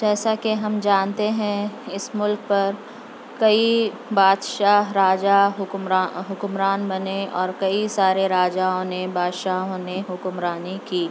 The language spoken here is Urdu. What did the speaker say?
جیسا کہ ہم جانتے ہیں اس ملک پر کئی بادشاہ راجا حکمراں حکمران بنے اور کئی سارے راجاؤں نے بادشاہوں نے حکمرانی کی